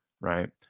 right